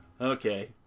Okay